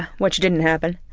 which didn't happen.